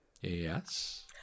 Yes